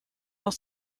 dans